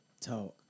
talk